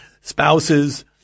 spouses